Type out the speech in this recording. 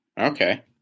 okay